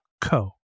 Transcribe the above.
co